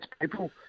people